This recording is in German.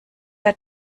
auch